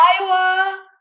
Iowa